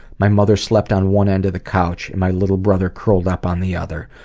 my mother slept on one end of the couch and my little brother curled up on the other.